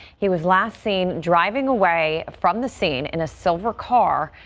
he was last seen driving away from the scene in a silver car.